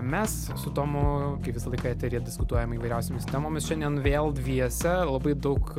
mes su tomu kaip visą laiką eteryje diskutuojam įvairiausiomis temomis šiandien vėl dviese labai daug